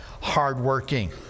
hardworking